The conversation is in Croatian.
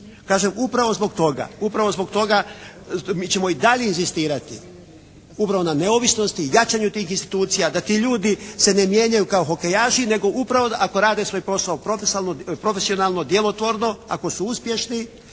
nije prav stvar. Kažem upravo zbog toga mi ćemo i dalje inzistirati upravo na neovisnosti, jačanju tih institucija, da ti ljudi se ne mijenjaju kao hokejaši nego upravo ako rade svoj posao profesionalno djelotvorno, ako su uspješni,